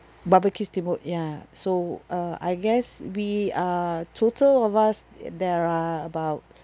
barbecue steamboat ya so uh I guess we uh total of us there are about